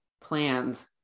plans